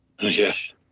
Yes